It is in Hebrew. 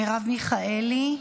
מרב מיכאלי,